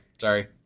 Sorry